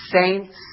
saints